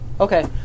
okay